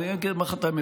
אני אומר לך את האמת,